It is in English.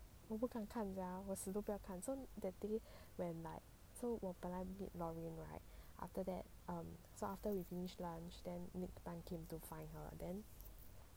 我不敢看 sia 我死都不要 so that day when like so 我本来 meet loraine right after that um so after you finish lunch then meet tan kim to find her then